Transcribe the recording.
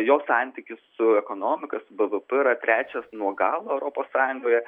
jo santykis su ekonomika su bvp yra trečias nuo galo europos sąjungoje